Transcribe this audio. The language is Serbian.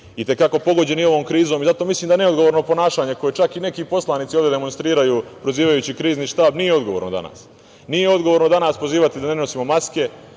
itekako pogođeni ovom krizom i zato mislim da neodgovorno ponašanje koje čak i neki poslanici ovde demonstriraju, prozivajući Krizni štab, nije odgovorno danas. Nije odgovorno danas pozivati da ne nosimo maske,